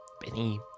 Benny